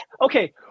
okay